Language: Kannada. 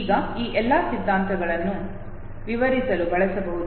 ಈಗ ಈ ಎಲ್ಲಾ ಸಿದ್ಧಾಂತಗಳನ್ನು ಅದನ್ನು ವಿವರಿಸಲು ಬಳಸಬಹುದು